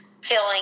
feeling